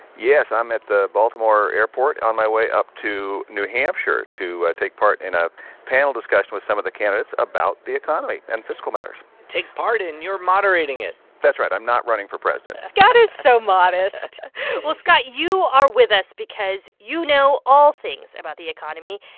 yes. i'm at the baltimore airport, on my way up to new hampshire to take part in a panel discussion with some of the candidates about the economy and fiscal matters take part in? you're moderating it that's right. i'm not running for president scott is so modest well, scott, you are with us because you know all things about the economy,